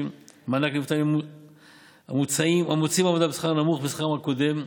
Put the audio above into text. ומענק למובטלים המוצאים עבודה בשכר נמוך משכרם הקודם.